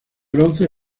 bronce